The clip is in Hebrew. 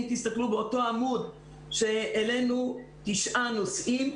אם תסתכלו בעמוד שבו העלינו תשעה נושאים,